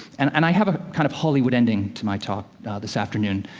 and and i have a kind of hollywood ending to my talk this afternoon,